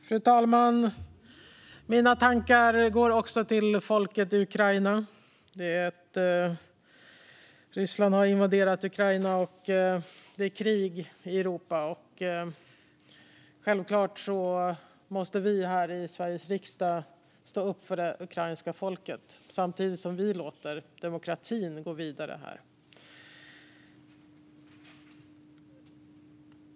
Fru talman! Också mina tankar går till folket i Ukraina. Ryssland har invaderat Ukraina, och det är krig i Europa. Självklart måste vi här i Sveriges riksdag stå upp för det ukrainska folket, samtidigt som vi här låter demokratin gå vidare.